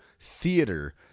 theater